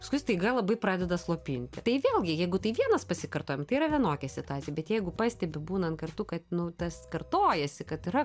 paskui staiga labai pradeda slopinti tai vėlgi jeigu tai vienas pasikartojim tai yra vienokia situacija bet jeigu pastebiu būnant kartu kad nu tas kartojasi kad yra